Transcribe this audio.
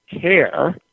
care